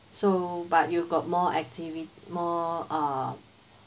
so but you got more activity more uh